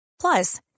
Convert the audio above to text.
Plus